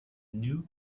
new